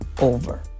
over